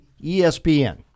ESPN